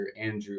andrew